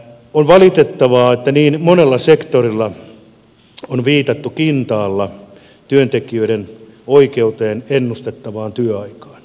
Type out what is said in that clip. on valitettavaa että niin monella sektorilla on viitattu kintaalla työntekijöiden oikeuteen ennustettavaan työaikaan